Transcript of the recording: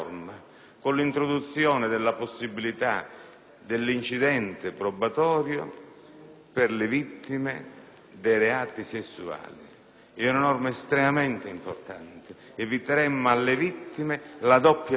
dell'incidente probatorio per le vittime dei reati sessuali. È una norma estremamente importante, eviteremmo alle vittime una doppia violenza. Se ne faccia carico il Governo: